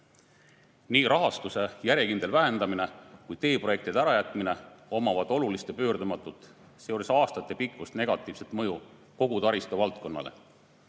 Nii rahastuse järjekindel vähendamine kui ka teeprojektide ärajätmine omavad olulist ja pöördumatut, seejuures aastatepikkust negatiivset mõju kogu taristuvaldkonnale.